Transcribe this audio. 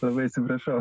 labai atsiprašau